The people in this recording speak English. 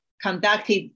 conducted